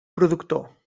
productor